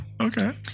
Okay